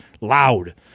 loud